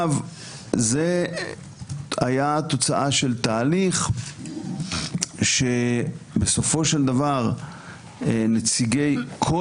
זאת הייתה תוצאה של תהליך שבסופו של דבר נציגי כל